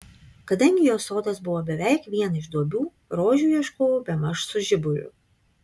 kadangi jos sodas buvo beveik vien iš duobių rožių ieškojau bemaž su žiburiu